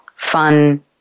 fun